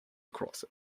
across